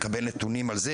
לקבל נתונים על זה,